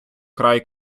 край